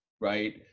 right